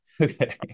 Okay